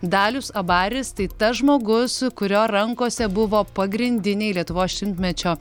dalius abaris tai tas žmogus kurio rankose buvo pagrindiniai lietuvos šimtmečio